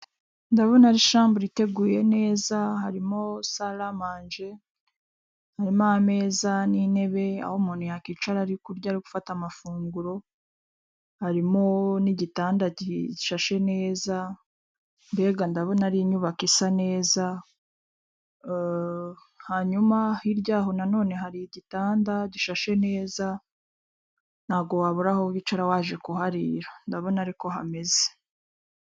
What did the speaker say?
Ndabona ari shambure iteguye neza harimo saramanje, harimo ameza n'intebe aho umuntu yakwicara ari kurya ari gufata amafunguro harimo n'igitanda gishashe neza mbega ndabona ari inyubako isa neza. Hanyuma hirya y'aho nanone hari igitanda gishashe neza ntago wabura aho wicara waje kuharira ndabona ari ko hameze.